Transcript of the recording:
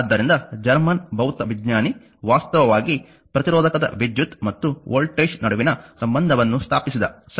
ಆದ್ದರಿಂದ ಜರ್ಮನ್ ಭೌತವಿಜ್ಞಾನಿ ವಾಸ್ತವವಾಗಿ ಪ್ರತಿರೋಧಕದ ವಿದ್ಯುತ್ ಮತ್ತು ವೋಲ್ಟೇಜ್ ನಡುವಿನ ಸಂಬಂಧವನ್ನು ಸ್ಥಾಪಿಸಿದ ಸರಿ